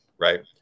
Right